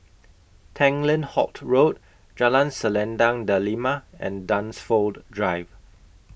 Tanglin Halt Road Jalan Selendang Delima and Dunsfold Drive